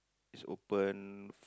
is open